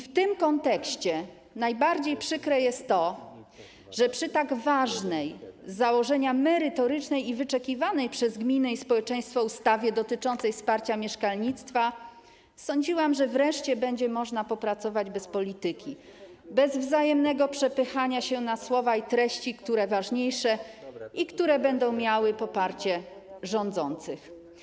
W tym kontekście najbardziej przykre jest to, że sądziłam, że przy tak ważnej, z założenia merytorycznej i wyczekiwanej przez gminy i społeczeństwo ustawie dotyczącej wsparcia mieszkalnictwa wreszcie będzie można popracować bez polityki, bez wzajemnego przepychania się na słowa i treści, które z nich są ważniejsze i będą miały poparcie rządzących.